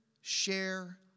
share